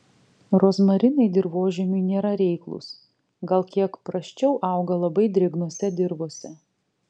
rozmarinai dirvožemiui nėra reiklūs gal kiek prasčiau auga labai drėgnose dirvose